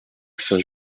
saint